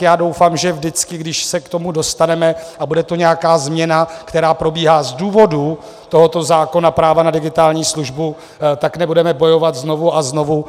Já doufám, že vždycky, když se k tomu dostaneme a bude to nějaká změna, která probíhá z důvodu tohoto zákona práva na digitální službu, tak nebudeme bojovat znovu a znovu.